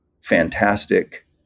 fantastic